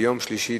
ביום שלישי,